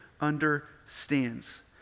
understands